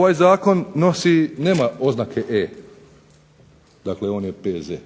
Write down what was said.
Ovaj zakon nosi, nema oznake E, dakle on je P.Z.,